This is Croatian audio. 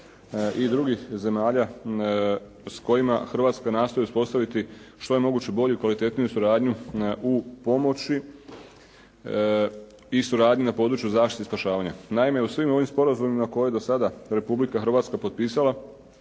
i drugih zemalja s kojima Hrvatska nastoji uspostaviti što je moguće bolju i kvalitetniju suradnju u pomoći i suradnji na području zaštite i spašavanja. Naime, u svim ovim sporazumima koje je do sada Republika Hrvatska potpisala